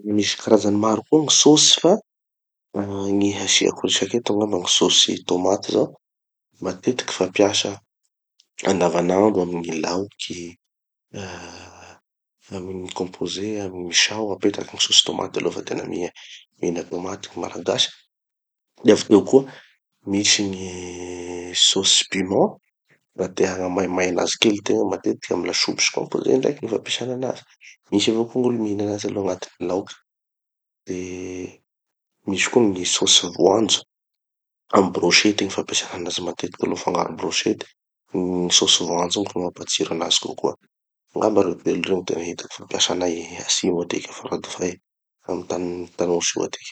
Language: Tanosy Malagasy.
Misy karazany maro koa gny sauces fa gny hasiako resaky eto angamba gny sauce tomaty zao, matetiky fampiasa andavanandro amy gny laoky, ah amy gny composé amy gny misao, apetaky gny sauce tomaty aloha fa tena mihina tomaty gny malagasy. De avy teo koa misy gny sauce piment, raha te hagnamaimay anazy kely tegna, matetiky amy lasopy sy composé ndraiky gny fampesana anazy. Misy avao koa gn'olo mihina anazy aloha agnaty laoky. De misy koa gny sauce voanjo. Amy brochettes gny fampesana anazy matetiky aloha, afangaro brochettes gny sauce voanjo igny fa mampatsiro anazy kokoa. Angamba reo telo reo gny tena hitako fampiasanay atsimo atiky, a faradofay, amy tanin'ny Tanosy io atiky.